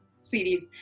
series